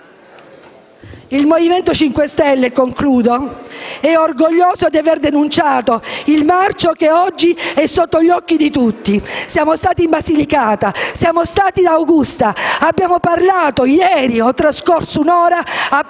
Il Movimento 5 Stelle è orgoglioso di aver denunciato il marcio che oggi è sotto gli occhi di tutti. Siamo andati in Basilicata, siamo stati ad Augusta. Ieri ho trascorso un'ora a